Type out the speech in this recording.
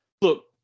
look